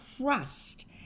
crust